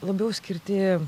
labiau skirti